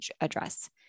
address